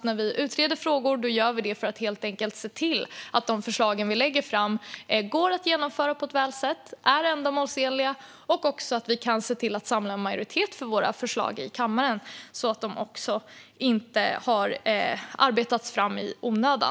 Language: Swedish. När vi utreder frågor gör vi det för att helt enkelt se till att de förslag vi lägger fram går att genomföra på ett bra sätt och är ändamålsenliga och att vi kan samla en majoritet för våra förslag i kammaren så att de inte har arbetats fram i onödan.